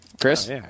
Chris